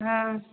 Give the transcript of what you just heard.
हँ